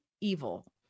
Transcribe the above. evil